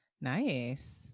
Nice